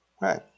Right